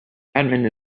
badminton